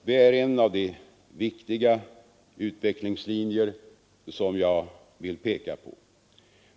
Det är en av de viktiga utvecklingslinjer jag vill peka på.